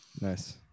Nice